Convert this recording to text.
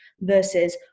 versus